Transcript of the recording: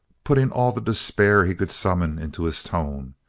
putting all the despair he could summon into his tone.